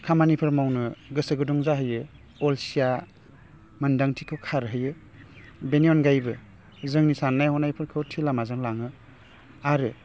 खामानिफोर मावनो गोसो गुदुं जाहोयो अलसिया मोनदांथिखौ खारहोयो बेनि अनगायैबो जोंनि सान्नाय हान्नायफोरखौ थि लामाजों लाङो आरो